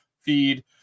feed